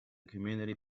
community